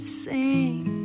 sing